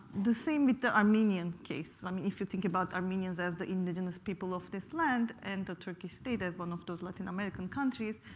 the same with the armenian case. i mean if you think about armenians as the indigenous people of this land and the turkish state as one of those latin american countries,